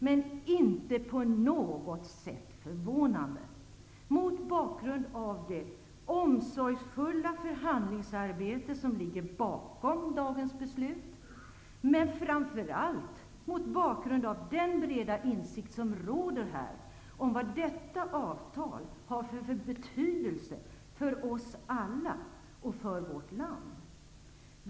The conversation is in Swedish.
Det är inte på något sätt förvånande mot bakgrund av det omsorgsfulla förhandlingsarbete som ligger bakom dagens beslut, men framför allt mot bakgrund av den breda insikt som råder här om vad detta avtal har för betydelse för oss alla och för vårt land.